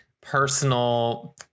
personal